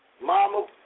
mama